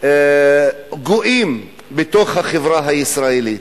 גואים בתוך החברה הישראלית?